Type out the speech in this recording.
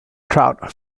trout